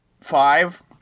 five